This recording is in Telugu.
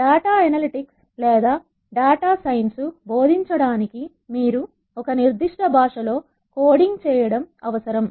డాటా ఎనలిటిక్స్ లేదా డాటా సైన్స్ బోధించడానికి మీరు ఒక నిర్దిష్ట భాషలో కోడింగ్ చేయడం అత్యవసరం